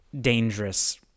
dangerous